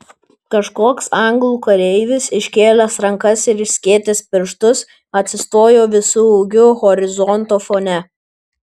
kažkoks anglų kareivis iškėlęs rankas ir išskėtęs pirštus atsistojo visu ūgiu horizonto fone